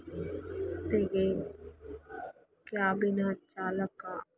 ಗೆ ಕ್ಯಾಬಿನ ಚಾಲಕ